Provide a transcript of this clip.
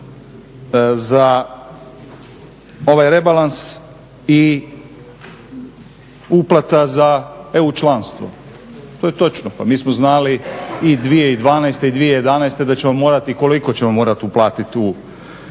za ovaj rebalans i uplata za EU članstvo. To je točno, pa mi smo znali i 2011., 2012.da ćemo morati i koliko ćemo morati uplatiti u